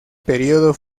período